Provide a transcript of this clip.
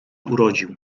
urodził